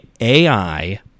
AI